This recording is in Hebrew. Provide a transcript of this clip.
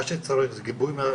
מה שצריך זה גיבוי בשטח.